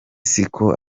siko